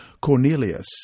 Cornelius